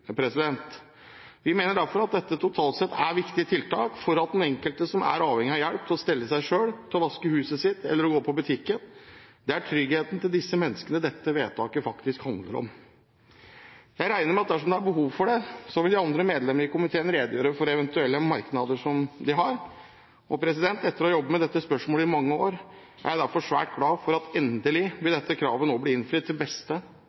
grunn. Vi mener at dette totalt sett er viktige tiltak for den enkelte som er avhengig av hjelp til å stelle seg, til å vaske huset sitt eller å gå på butikken. Det er tryggheten til disse menneskene dette vedtaket faktisk handler om. Jeg regner med at dersom det er behov for det, vil de andre medlemmene i komiteen redegjøre for eventuelle merknader som de har. Etter å ha jobbet med dette spørsmålet i mange år er jeg svært glad for at dette kravet nå endelig vil bli innfridd, til beste